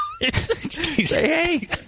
hey